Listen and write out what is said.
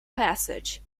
passage